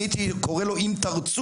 אני הייתי קורא לו "אם תרצו".